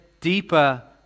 deeper